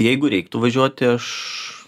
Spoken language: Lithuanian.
jeigu reiktų važiuoti aš